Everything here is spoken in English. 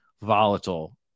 volatile